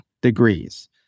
degrees